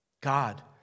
God